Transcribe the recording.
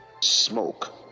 Smoke